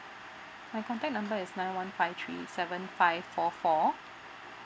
my contact number is nine one five three seven five four four